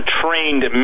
trained